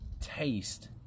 taste